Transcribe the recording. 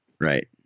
Right